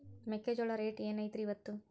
ಮೆಕ್ಕಿಜೋಳ ರೇಟ್ ಏನ್ ಐತ್ರೇ ಇಪ್ಪತ್ತು?